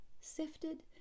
sifted